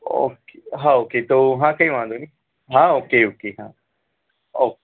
okay હા okay તો હા કંઈ વાંધો નહીં હા ઓકે ઓકે હા ઓકે